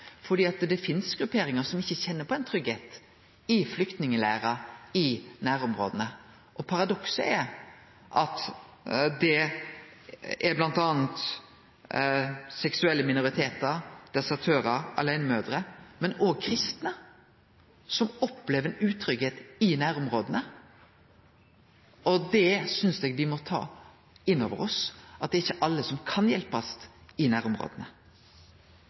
fordi det finst grupperingar som ikkje kjenner seg trygge i flyktningleirar i nærområda. Paradokset er at bl.a. seksuelle minoritetar, desertørar, aleinemødrer, men òg kristne opplever utryggleik i nærområda. Eg synest me må ta inn over oss at det er ikkje alle som kan hjelpast i nærområda.